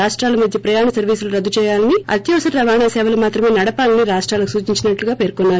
రాష్టాల మధ్య ప్రయాణ సర్వీసులు రద్దు చేయాలని అత్యవసర రవాణా సేవలు మాత్రమే నడపాలని రాష్టాలకు సూచించినట్లు పేర్కొన్నారు